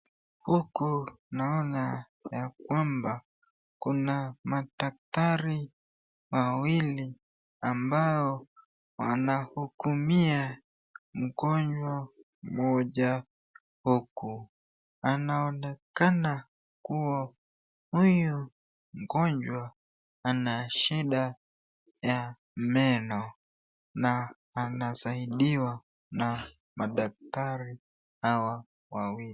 Huku naona ya kwamba kuna madaktari wawili ambao wanahudumia mgonjwa mmoja huku, anaonekana kuwa huyu mgonjwa anashida ya meno na anasaidiwa na madaktari hawa wawili.